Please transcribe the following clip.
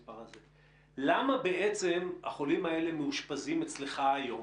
- למה בעצם החולים האלה מאושפזים אצלך היום?